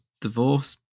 Divorce